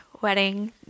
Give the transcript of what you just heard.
wedding